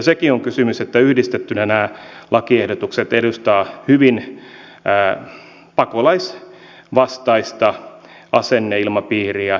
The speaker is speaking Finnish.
sekin on kysymys että yhdistettynä nämä lakiehdotukset edustavat hyvin pakolaisvastaista asenneilmapiiriä